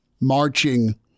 marching